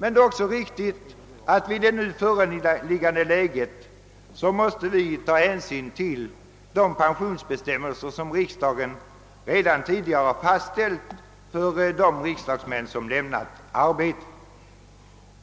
Men det är också riktigt att vi i nuvarande läge måste ta hänsyn till de pensionsbestämmelser som riksdagen redan tidigare fastställt för de riksdagsmän som redan lämnat arbetet.